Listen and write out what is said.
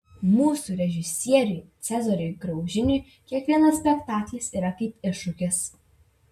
mūsų režisieriui cezariui graužiniui kiekvienas spektaklis yra kaip iššūkis